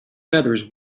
feathers